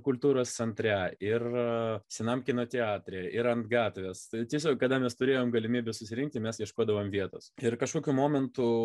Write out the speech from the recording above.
kultūros centre ir senam kino teatre ir ant gatvės tai tiesiog kada mes turėjom galimybę susirinkti mes ieškodavom vietos ir kažkokiu momentu